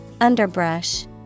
Underbrush